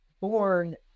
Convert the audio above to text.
born